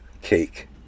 cake